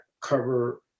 cover